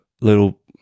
little